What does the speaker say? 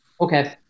Okay